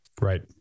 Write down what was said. Right